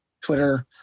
Twitter